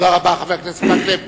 תודה רבה, חבר הכנסת מקלב.